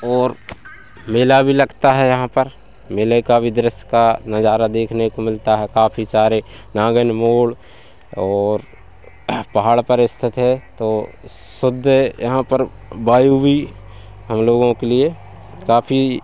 और मेला भी लगता है यहाँ पर मेले का भी दृश्य का नज़ारा देखने को मिलता है काफ़ी सारे नागन मोड़ और पहाड़ पर स्थित है तो शुद्ध यहाँ पर वायु भी हम लोगों के लिए काफ़ी